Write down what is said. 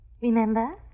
Remember